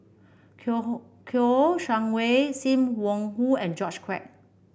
Kouo Shang Wei Sim Wong Hoo and George Quek